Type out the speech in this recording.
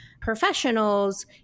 professionals